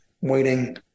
waiting